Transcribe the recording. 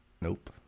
nope